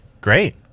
Great